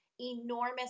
enormous